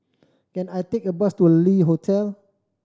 can I take a bus to Le Hotel